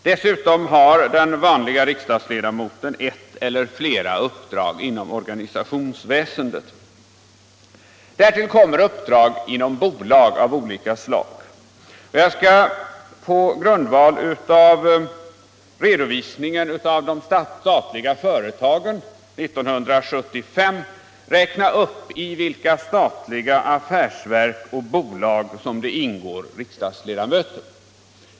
Dessutom har den vanliga riksdagsledamoten ett eller flera uppdrag inom organisationsväsendet. Därtill kommer uppdrag inom bolag av olika slag. Jag skall på grundval av redovisningen av de statliga företagen 1975 räkna upp i vilka statliga affärsverk och bolag som riksdagsledamöter ingår.